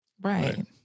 Right